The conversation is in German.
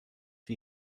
wie